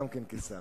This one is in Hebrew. גם כן כשר.